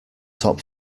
top